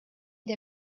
der